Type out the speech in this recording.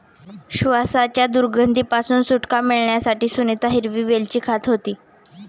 श्वासाच्या दुर्गंधी पासून सुटका मिळवण्यासाठी सुनीता हिरवी वेलची खात होती